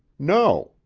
no,